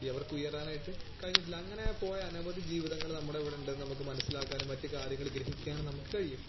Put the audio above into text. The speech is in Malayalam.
ഈ അവർക്ക് ഉയരാനായിട്ട് കഴിഞ്ഞിട്ടില്ല അങ്ങനെ പോയ അനവധി ജീവിതങ്ങൾ നമ്മുടെ ഇവിടെ ഉണ്ടെന്ന് നമുക്ക് മനസ്സിലാക്കാനും മറ്റു കാര്യങ്ങൾ ഗ്രഹിക്കാനും നമുക്ക് കഴിയും